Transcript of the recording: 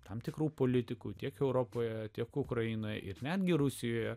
tam tikrų politikų tiek europoje tiek ukrainoje ir netgi rusijoje